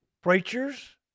preachers